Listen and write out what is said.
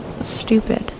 stupid